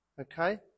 Okay